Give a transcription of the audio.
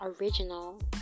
original